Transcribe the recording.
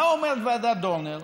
מה אומרת ועדת דורנר?